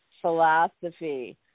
philosophy